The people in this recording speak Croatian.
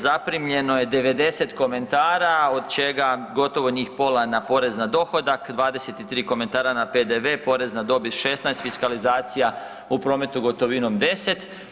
Zaprimljeno je 90 komentara od čega gotovo njih pola na porez na dohodak, 23 komentara na PDV, porez na dobit 16, fiskalizacija u prometu gotovinom 10.